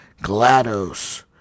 GLaDOS